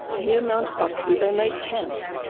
near mt buckley, they made camp,